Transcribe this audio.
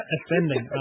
Ascending